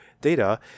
data